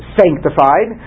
sanctified